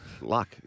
Luck